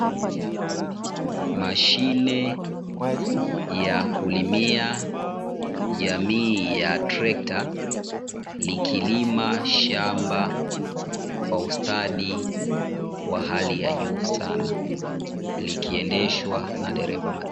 Mashine ya kulimia jamii ya trekta, likilima shamba kwa ustadi wa hali ya juu sana, likiendeshwa na dereva makini.